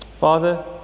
Father